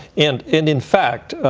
and and in fact,